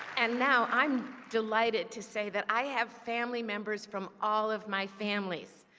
and now, i am delighted to say that i have family members from all of my families.